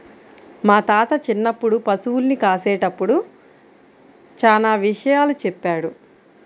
మా తాత చిన్నప్పుడు పశుల్ని కాసేటప్పుడు చానా విషయాలు చెప్పాడు